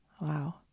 Wow